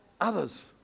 others